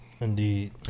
Indeed